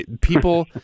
People